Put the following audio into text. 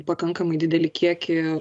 pakankamai didelį kiekį